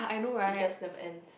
it just never ends